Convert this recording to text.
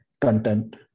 content